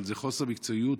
אבל זה חוסר מקצועיות.